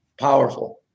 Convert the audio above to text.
Powerful